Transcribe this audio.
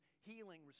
healing